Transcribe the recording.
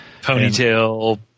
Ponytail